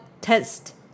test